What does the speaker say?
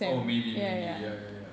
oh maybe maybe ya ya ya